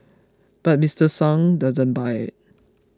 but Mister Sung doesn't buy it